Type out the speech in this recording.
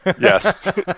Yes